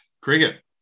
Cricket